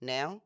Now